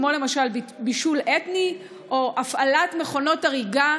כמו למשל בישול אתני או הפעלת מכונות אריגה.